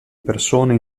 persone